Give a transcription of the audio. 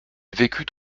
vécut